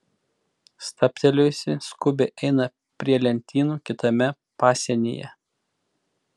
stabtelėjusi skubiai eina prie lentynų kitame pasienyje